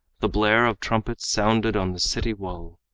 the blare of trumpets sounded on the city wall.